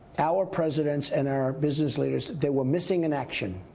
our presidents and our business leaders, they were missing in action.